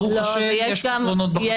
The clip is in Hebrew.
ברוך השם יש פתרונות בחקיקה.